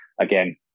Again